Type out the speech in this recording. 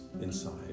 inside